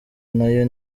nayo